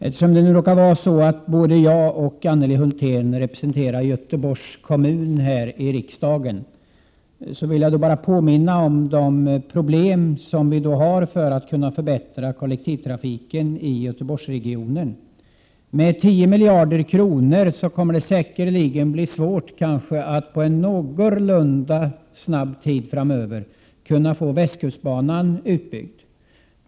Eftersom det råkar vara så att både jag och Anneli Hulthén representerar Göteborgs kommun här i riksdagen, vill jag påminna om de problem vi har när det gäller att förbättra kollektivtrafiken i Göteborgsregionen. Med 10 miljarder kronor kommer det säkerligen att bli svårt att inom en någorlunda snar framtid bygga ut västkustbanan.